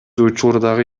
учурдагы